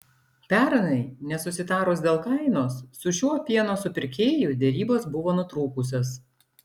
pernai nesusitarus dėl kainos su šiuo pieno supirkėju derybos buvo nutrūkusios